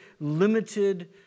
limited